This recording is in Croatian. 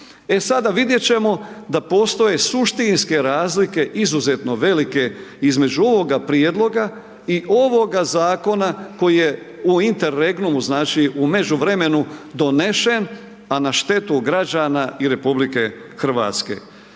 E sada vidjeti ćemo da postoje suštinske razlike, izuzetno velike, između ovog prijedloga i ovoga zakona, koji je u interregnumu znači u međuvremenu donesen a na štetu građana i RH.